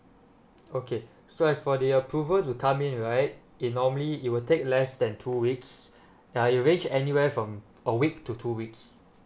okay so as for the approval to come in right it normally it will take less than two weeks uh it range anywhere from a week to two weeks